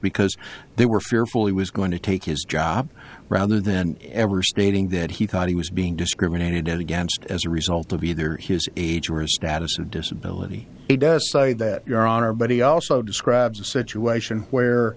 because they were fearful he was going to take his job rather than ever stating that he thought he was being discriminated against as a result of either his age or a status of disability he does say that your honor but he also describes a situation where